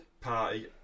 party